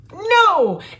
No